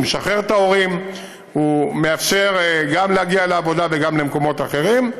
משחרר את ההורים ומאפשר להגיע גם לעבודה וגם למקומות אחרים.